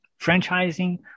Franchising